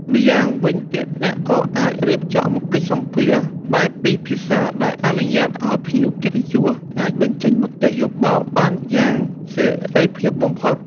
ម្យ៉ាងវិញទៀតអ្នកក៏អាចរៀបចំកិច្ចសម្ភាសន៍បែបពីរភាសាដែលអនុញ្ញាតឱ្យភ្ញៀវកិត្តិយសអាចបញ្ចេញមតិយោបល់បានយ៉ាងមានសេរីភាពបំផុត។